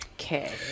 okay